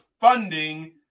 funding